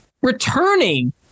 returning